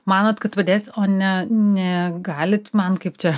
manot kad padės o ne ne galit man kaip čia